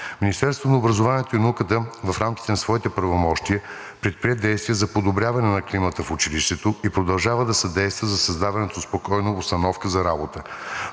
Министерството на образованието и науката в рамките на своите правомощия предприе действия за подобряване на климата в училището и продължава да съдейства за създаването на спокойна обстановка за работа.